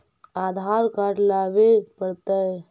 आधार card लाबे पड़तै?